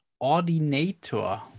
Ordinator